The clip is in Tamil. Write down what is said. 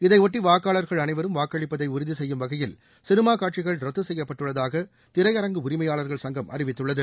இதையொட்டி வாக்காளர்கள் அனைவரும் வாக்களிப்பதை உறுதிசெய்யும் வகையில் சினிமா காட்சிகள் ரத்து செய்யப்பட்டுள்ளதாக திரையரங்கு உரிமையாளர்கள் சங்கம் அறிவித்துள்ளது